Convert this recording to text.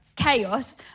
chaos